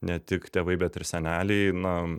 ne tik tėvai bet ir seneliai na